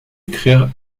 écrire